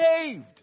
saved